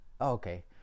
Okay